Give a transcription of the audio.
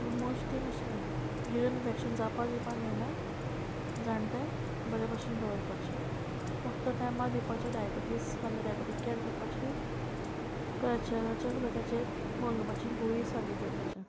almost thing अशें urine infection जावपा दिवपा जायना जाणट्यांक बरे भशेन दवरपाचे फक्त टायमार दिवपाचे डायबिटीज डायबिटीक कॅर करपाची प्रेचराचेर आसले तेचेर बोड घेवपाची गुळी सारके दिवपाचे